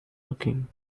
looking